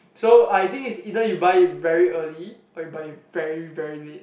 so I think is either you buy it very early or you buy it very very late